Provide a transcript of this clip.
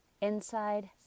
inside